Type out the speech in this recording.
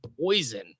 poison